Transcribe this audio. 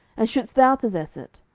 and shouldest thou possess it?